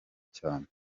cyane